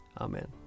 Amen